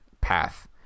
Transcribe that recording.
path